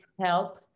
help